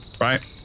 right